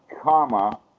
comma